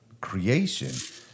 creation